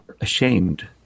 ashamed